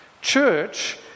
Church